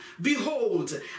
Behold